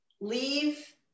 leave